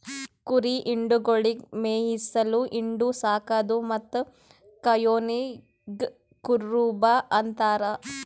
ಕುರಿ ಹಿಂಡುಗೊಳಿಗ್ ಮೇಯಿಸದು, ಹಿಂಡು, ಸಾಕದು ಮತ್ತ್ ಕಾಯೋನಿಗ್ ಕುರುಬ ಅಂತಾರ